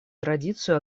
традицию